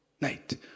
night